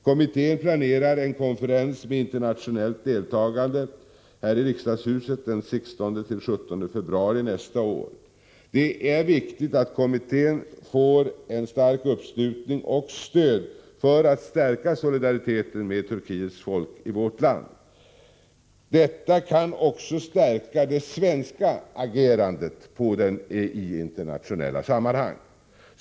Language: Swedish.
Kommittén planerar en konferens med internationellt deltagande här i riksdagshuset den 16 och 17 februari nästa år. Det är viktigt att kommittén får en stark uppslutning och stöd för att stärka solidariteten med Turkiets folk i vårt land. Detta kan också stärka det svenska agerandet i internationella sammanhang.